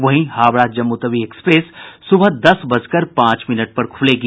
वहीं हावड़ा जम्मूतवी एक्सप्रेस सुबह दस बजकर पांच मिनट पर खुलेगी